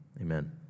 Amen